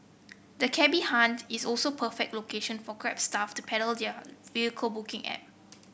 the cabby haunt is also perfect location for Grab staff to peddle their vehicle booking app